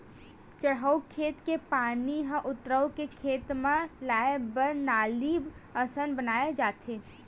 चड़हउ खेत के पानी ह उतारू के खेत म लाए बर नाली असन बनाए जाथे